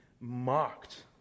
mocked